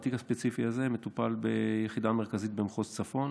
התיק הספציפי הזה מטופל ביחידה מרכזית במחוז צפון